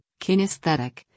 kinesthetic